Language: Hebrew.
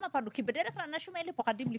כי בדרך כלל האנשים האלה פוחדים לפנות.